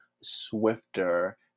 swifter